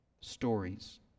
stories